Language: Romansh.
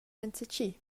enzatgi